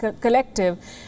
Collective